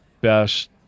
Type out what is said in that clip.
best